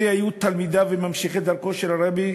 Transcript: אלה היו תלמידיו וממשיכי דרכו של הרבי,